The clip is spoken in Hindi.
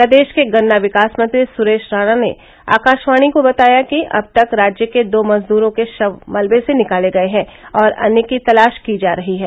प्रदेश के गन्ना विकास मंत्री सुरेश राणा ने आकाशवाणी को बताया कि अब तक राज्य के दो मजदूरों के शव मलबे से निकाले गए हैं और अन्य की तलाश की जा रही है